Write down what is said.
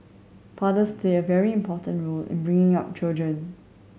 fathers play a very important role in bringing up children